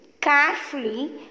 carefully